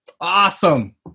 Awesome